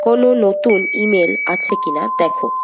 কোনো নতুন email আছে কি না দেখো